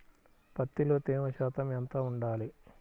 పత్తిలో తేమ శాతం ఎంత ఉండాలి?